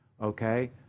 Okay